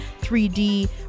3D